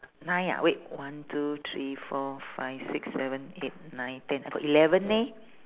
nine ah wait one two three four five six seven eight nine ten I got eleven eh